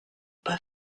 pas